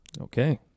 Okay